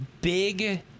big